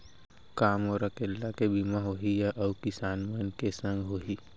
का मोर अकेल्ला के बीमा होही या अऊ किसान मन के संग होही?